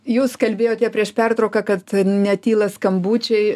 jūs kalbėjote prieš pertrauką kad netyla skambučiai